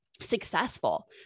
successful